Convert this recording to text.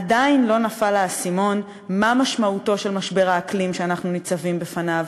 עדיין לא נפל האסימון מה משמעותו של משבר האקלים שאנחנו ניצבים בפניו,